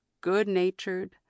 good-natured